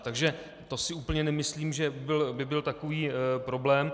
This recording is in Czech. Takže to si úplně nemyslím, že by byl takový problém.